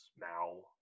now